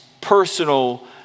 personal